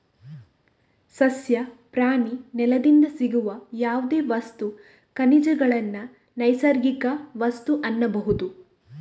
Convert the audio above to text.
ಸಸ್ಯ, ಪ್ರಾಣಿ, ನೆಲದಿಂದ ಸಿಗುವ ಯಾವುದೇ ವಸ್ತು, ಖನಿಜಗಳನ್ನ ನೈಸರ್ಗಿಕ ವಸ್ತು ಅನ್ಬಹುದು